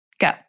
go